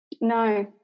No